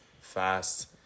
fast